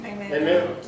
Amen